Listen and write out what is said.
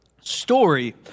story